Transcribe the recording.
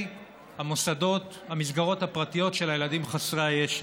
המסגרות הפרטיות של הילדים חסרי הישע.